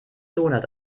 donut